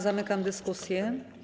Zamykam dyskusję.